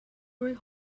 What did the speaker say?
great